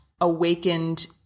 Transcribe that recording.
awakened